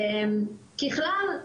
ככלל,